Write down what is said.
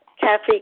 Kathy